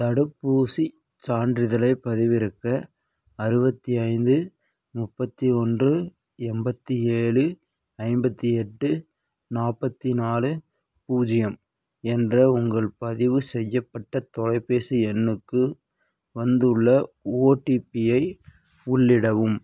தடுப்பூசிச் சான்றிதழைப் பதிவிறக்க அறுபத்தைந்து முப்பத்து ஒன்று எண்பத்தி ஏழு ஐம்பத்து எட்டு நாற்பத்தி நாலு பூஜ்ஜியம் என்ற உங்கள் பதிவு செய்யப்பட்ட தொலைபேசி எண்ணுக்கு வந்துள்ள ஓடிபி ஐ உள்ளிடவும்